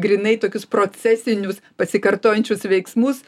grynai tokius procesinius pasikartojančius veiksmus